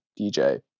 DJ